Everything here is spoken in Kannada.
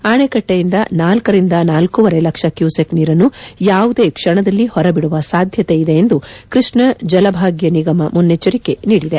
ಅಣೆಕಟ್ಟಿಯಿಂದ ನಾಲ್ಕರಿಂದ ನಾಲ್ಕೂವರೆ ಲಕ್ಷ ಕ್ಯೂಸೆಕ್ ನೀರನ್ನು ಯಾವುದೇ ಕ್ಷಣದಲ್ಲಿ ಹೊರಬಿಡುವ ಸಾಧ್ಯತೆ ಇದೆ ಎಂದು ಕೃಷ್ಣ ಜಲ ಭಾಗ್ಯ ನಿಗಮ ಮುನ್ನೆಚ್ಚರಿಕೆ ನೀಡಿದೆ